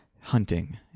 hunting